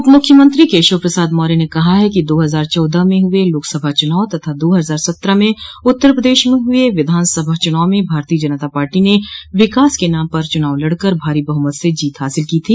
उप मुख्यमंत्री केशव प्रसाद मौर्य ने कहा है कि दो हजार चौदह में हुए लोकसभा चुनाव तथा दो हजार सत्रह में उत्तर प्रदेश में हुए विधानसभा चुनाव में भारतीय जनता पार्टी ने विकास के नाम पर चुनाव लड़कर भारी बहुमत से जीत हासिल की थी